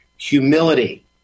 humility